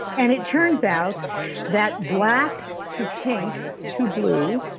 and it turns out that black to pink to blue,